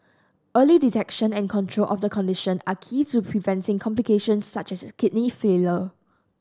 early detection and control of the condition are key to preventing complications such as kidney failure